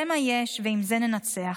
זה מה יש ועם זה ננצח.